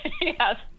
Yes